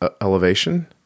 elevation